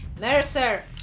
Mercer